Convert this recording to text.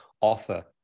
offer